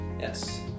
Yes